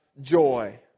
joy